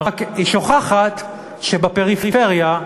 רק היא שוכחת שבפריפריה,